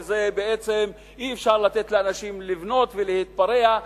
ובעצם אי-אפשר לתת לאנשים לבנות ולהתפרע.